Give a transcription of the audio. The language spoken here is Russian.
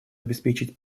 обеспечить